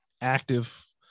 active